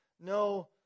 no